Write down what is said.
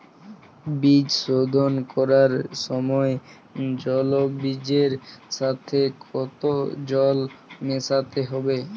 বীজ শোধন করার সময় জল বীজের সাথে কতো জল মেশাতে হবে?